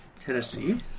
Tennessee